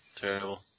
terrible